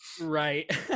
Right